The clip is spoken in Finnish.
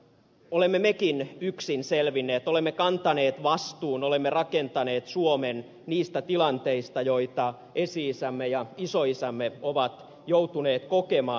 olemme mekin yksin selvinneet olemme kantaneet vastuun olemme rakentaneet suomen niistä tilanteista joita esi isämme ja isoisämme ovat joutuneet kokemaan